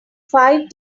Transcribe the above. five